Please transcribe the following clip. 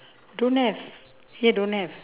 don't have here don't have